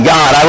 God